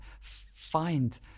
find